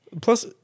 Plus